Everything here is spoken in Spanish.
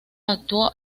actuó